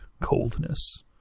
coldness